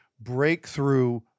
breakthrough